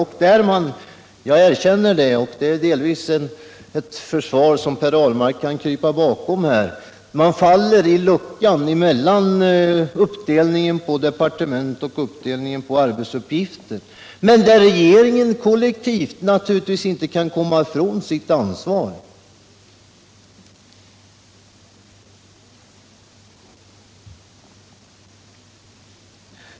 Man faller — det erkänner jag, och det är ett försvar som Per Ahlmark delvis kan krypa bakom i det här sammanhanget — i luckan mellan arbetsuppgifterna på olika departement, men regeringen som helhet kan naturligtvis inte komma ifrån sitt ansvar.